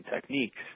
techniques